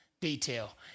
detail